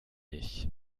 ich